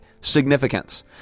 significance